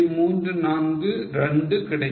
342 கிடைக்கும்